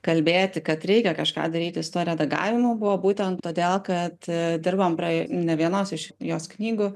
kalbėti kad reikia kažką daryti su tuo redagavimu buvo būtent todėl kad dirbam prie ne vienos iš jos knygų